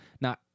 Now